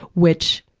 which,